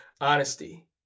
honesty